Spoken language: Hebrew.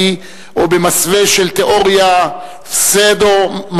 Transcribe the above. או במסווה של תיאוריה פסאודו-מדעית,